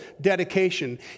dedication